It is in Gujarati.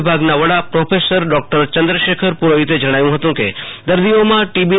વિભાગના વડા પ્રોફેસર ડોક્ટર ચંદ્રશેખર પુ રોહિતએ જણાવ્યું હતું કે દર્દીઓમાં ક્રિી